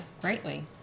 greatly